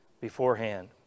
beforehand